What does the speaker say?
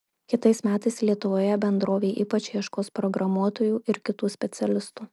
kitais metais lietuvoje bendrovė ypač ieškos programuotojų ir kitų specialistų